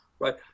Right